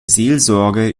seelsorge